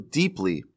deeply